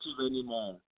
anymore